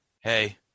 Hey